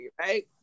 right